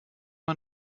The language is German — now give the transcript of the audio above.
man